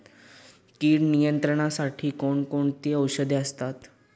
कीड नियंत्रणासाठी कोण कोणती औषधे असतात?